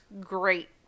great